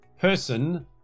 person